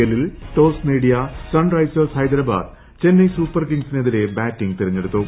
എല്ലിൽ ടോസ് നേടിയ Sunrisers Hyderabad Chennai super കിംഗ്സിനെതിരെ ബാറ്റിംഗ് തെരഞ്ഞെടുത്തു